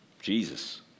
Jesus